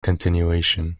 continuation